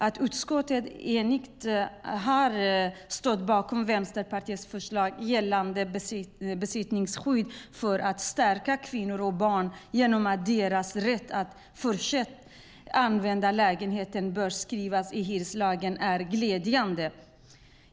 Att ett enigt utskott har stått bakom Vänsterpartiets förslag gällande besittningsskyddet för att stärka kvinnor och barn genom att deras rätt att fortsätta använda lägenheten bör skrivas in i hyreslagen är glädjande.